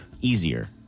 easier